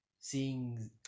seeing